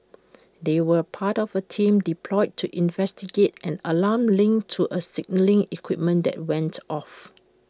they were part of A team deployed to investigate an alarm linked to A signalling equipment that went off